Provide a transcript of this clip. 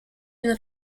une